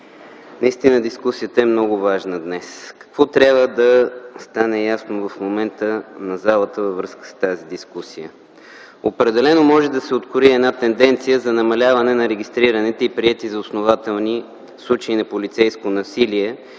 колеги! Дискусията днес е много важна. Какво трябва да стане ясно в момента на залата във връзка с тази дискусия? Определено може да се открои една тенденция за намаляване на регистрираните и приети за основателни случаи на полицейско насилие